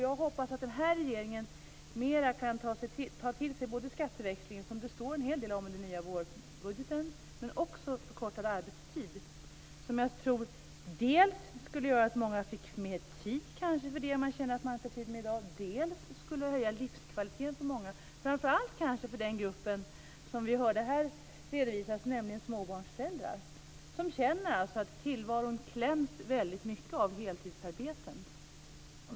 Jag hoppas att den här regeringen mer kan ta till sig både skatteväxling, som det står en hel del om i den nya vårbudgeten, och också förkortad arbetstid. Det tror jag dels skulle göra att många fick mer tid för det de känner att de inte har tid med i dag, dels skulle höja livskvaliteten för många. Det gäller kanske framför allt den grupp som vi här hörde redovisas för, nämligen småbarnsföräldrar. De känner att tillvaron kläms väldigt mycket av heltidsarbeten.